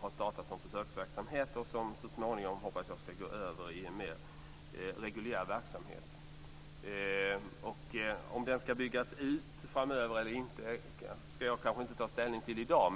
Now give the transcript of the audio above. har startat som försöksverksamhet och så småningom, hoppas jag, ska övergå i mer reguljär verksamhet. Om den ska byggas ut framöver eller inte ska jag kanske inte ta ställning till i dag.